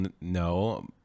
no